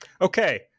Okay